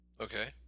Okay